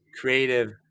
creative